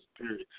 period